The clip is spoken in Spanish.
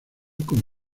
con